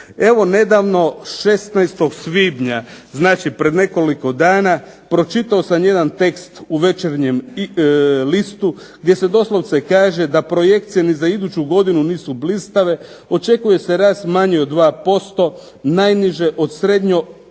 Evo nedavno 16. svibnja, znači pred nekoliko dana pročitao sam jedan tekst u Večernjem listu gdje se doslovce kaže da projekcije ni za iduću godinu nisu blistave. Očekuje se rast manji od 2%, najniže od